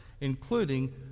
including